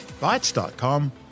Bytes.com